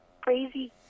crazy